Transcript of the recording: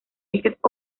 ejes